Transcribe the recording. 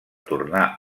tornar